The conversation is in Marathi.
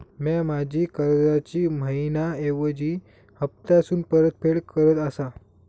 म्या माझ्या कर्जाची मैहिना ऐवजी हप्तासून परतफेड करत आसा